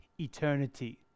eternity